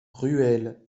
ruelle